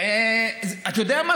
אתה יודע מה,